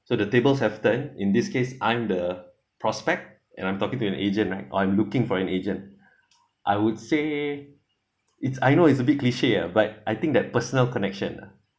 so the table have turned in this case I'm the prospect and I'm talking to an agent or I'm looking for an agent I would say it's I know it's a big cliche ah but I think that personal connection ah